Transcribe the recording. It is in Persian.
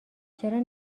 چرا